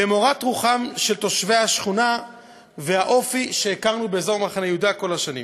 למורת רוחם של תושבי השכונה והאופי שהכרנו באזור מחנה-יהודה כל השנים.